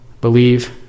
Believe